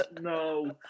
no